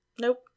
Nope